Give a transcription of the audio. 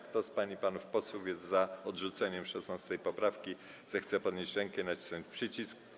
Kto z pań i panów posłów jest za odrzuceniem 16. poprawki, zechce podnieść rękę i nacisnąć przycisk.